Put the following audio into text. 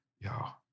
y'all